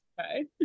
okay